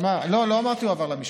לא, לא אמרתי שהועבר למשפחה.